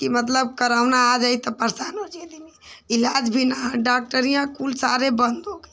कि मतलब कोरोना आ जाई त परेशान हो जइहेँ इलाज़ भी ना हइ डॉक्टर इहाँ कुल सारे बन्द हो गए